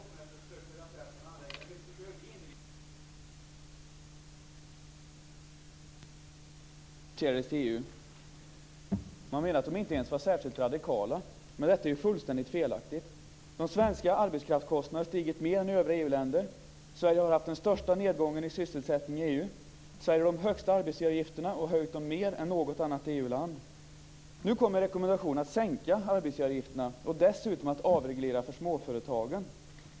Fru talman! Inför det här toppmötet försökte Göran Persson anlägga en hög profil - märk väl: inrikespolitiskt om än inte utrikespolitiskt. Han menade att de mål som skulle diskuteras inte ens var särskilt radikala för Sveriges del, men detta är fullständigt felaktigt. De svenska arbetskraftskostnaderna har stigit mer än de i övriga EU-länder, Sverige har haft den största nedgången i sysselsättning i EU, och Sverige har de högsta arbetsgivaravgifterna och har höjt dem mer än något annat EU-land. Nu kommer rekommendationen att sänka arbetsgivaravgifterna och dessutom avreglera för småföretagen.